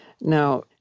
Now